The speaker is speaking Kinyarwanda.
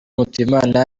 mutuyimana